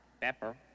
Pepper